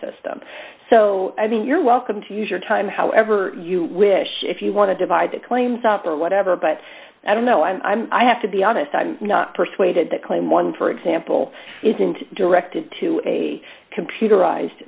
system so i mean you're welcome to use your time however you wish if you want to divide the claims up or whatever but i don't know i'm i have to be honest i'm not persuaded that claim one for example isn't directed to a computerized